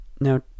Now